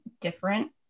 different